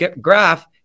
graph